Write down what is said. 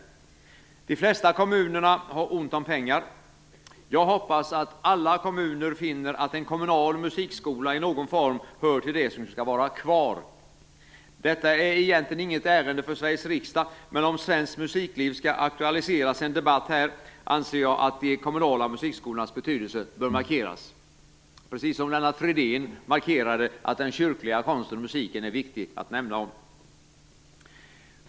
De flesta kommuner har ont om pengar. Jag hoppas att alla kommuner finner att en kommunal musikskola i någon form hör till det som skall vara kvar. Detta är inget ärende för Sveriges riksdag, men om svenskt musikliv skall aktualiseras i en debatt här anser jag att de kommunala musikskolornas betydelse bör markeras, precis som Lennart Fridén markerade att den kyrkliga konsten och musiken är viktig att omnämna.